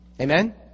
Amen